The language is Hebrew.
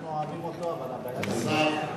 אנחנו אוהבים אותו, אבל, השר.